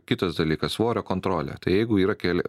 kitas dalykas svorio kontrolė tai jeigu yra keli